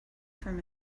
from